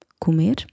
Comer